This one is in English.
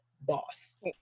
Boss